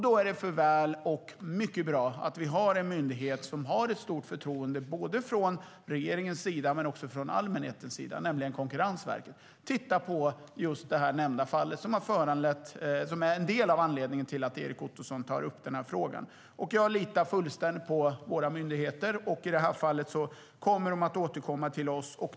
Då är det mycket bra att en myndighet som åtnjuter stort förtroende både från regeringen och allmänheten, nämligen Konkurrensverket, tittar på det nämnda fall som är en del av anledningen till att Erik Ottoson tar upp denna fråga. Jag litar fullständigt på våra myndigheter. I detta fall kommer Konkurrensverket att återkomma till oss.